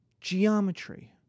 geometry